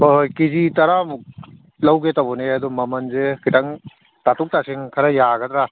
ꯍꯣꯏ ꯍꯣꯏ ꯀꯦꯖꯤ ꯇꯥꯔꯥꯃꯨꯛ ꯂꯧꯒꯦ ꯇꯧꯕꯅꯦ ꯑꯗꯣ ꯃꯃꯟꯁꯦ ꯈꯖꯤꯛꯇꯪ ꯇꯥꯊꯣꯛ ꯇꯥꯁꯤꯟ ꯈꯔ ꯌꯥꯒꯗ꯭ꯔꯥ